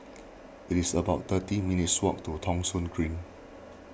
it's about thirty minutes' walk to Thong Soon Green